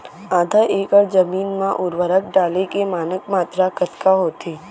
आधा एकड़ जमीन मा उर्वरक डाले के मानक मात्रा कतका होथे?